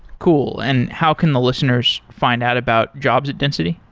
cool, and how can the listeners find out about jobs at density?